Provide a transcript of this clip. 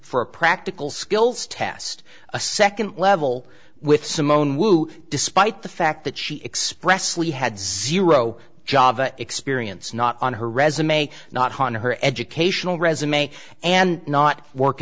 for a practical skills test a second level with simone wu despite the fact that she expressed lee had zero job experience not on her resume not on her educational resume and not work